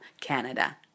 Canada